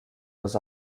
was